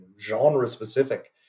genre-specific